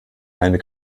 eine